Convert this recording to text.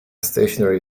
stationary